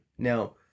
Now